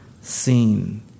seen